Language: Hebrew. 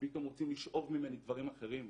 פתאום רוצים לשאוב ממני דברים אחרים,